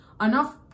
enough